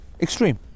Extreme